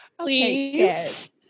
Please